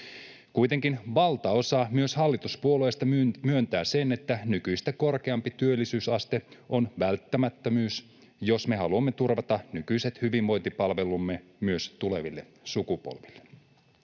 Kuitenkin valtaosa myös hallituspuolueista myöntää sen, että nykyistä korkeampi työllisyysaste on välttämättömyys, jos me haluamme turvata nykyiset hyvinvointipalvelumme myös tuleville sukupolville.